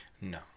No